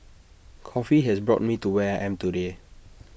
coffee has brought me to where I am today